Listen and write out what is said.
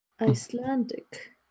Icelandic